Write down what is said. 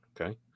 Okay